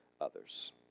others